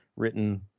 written